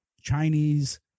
Chinese